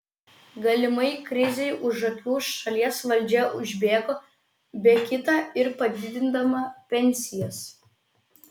galimai krizei už akių šalies valdžia užbėgo be kita ir padidindama pensijas